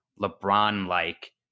LeBron-like